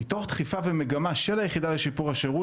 מתוך דחיפה ומגמה של היחידה לשיפור השירות